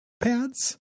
pads